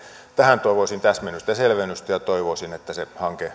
tähän toivoisin täsmennystä ja selvennystä ja toivoisin että se